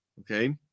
Okay